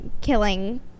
killing